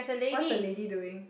what's the lady doing